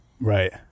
right